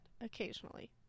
Occasionally